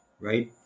right